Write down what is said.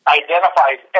identifies